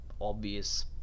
obvious